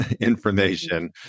information